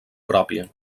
pròpia